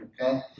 okay